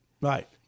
right